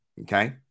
Okay